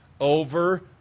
over